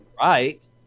right